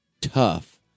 tough